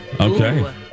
Okay